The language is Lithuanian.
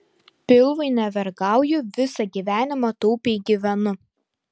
pilvui nevergauju visą gyvenimą taupiai gyvenu